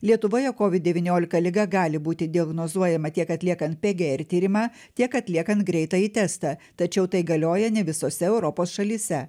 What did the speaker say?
lietuvoje covid devyniolika liga gali būti diagnozuojama tiek atliekant prg tyrimą tiek atliekant greitąjį testą tačiau tai galioja ne visose europos šalyse